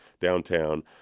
downtown